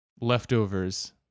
leftovers